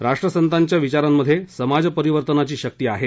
राष्ट्रसंतांच्या विचारात समाजपरिवर्तनाची शक्ती आहे